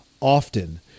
often